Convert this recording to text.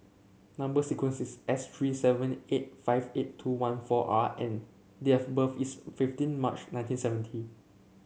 number sequence is S three seven eight five eight two one four R and date of birth is fifteen March nineteen seventy